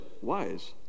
wise